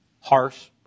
harsh